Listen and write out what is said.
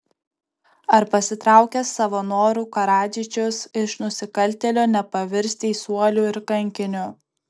ar pasitraukęs savo noru karadžičius iš nusikaltėlio nepavirs teisuoliu ir kankiniu